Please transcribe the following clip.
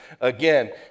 Again